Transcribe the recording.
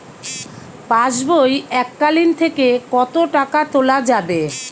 পাশবই এককালীন থেকে কত টাকা তোলা যাবে?